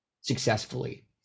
successfully